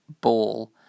Ball